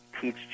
teach